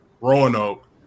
Roanoke